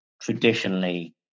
traditionally